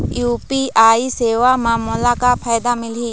UPI सेवा म मोला का फायदा मिलही?